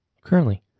Currently